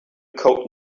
code